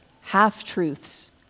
half-truths